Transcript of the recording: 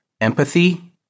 empathy